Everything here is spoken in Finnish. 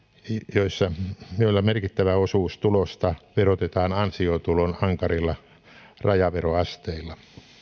joissa merkittävä osuus tulosta verotetaan ansiotulon ankarilla rajaveroasteilla